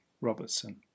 Robertson